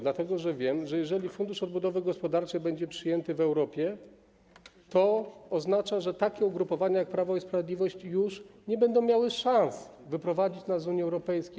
Dlatego że wiem, że jeżeli fundusz odbudowy gospodarczej będzie przyjęty w Europie, to oznacza, że takie ugrupowania jak Prawo i Sprawiedliwość już nie będą miały szans wyprowadzić nas z Unii Europejskiej.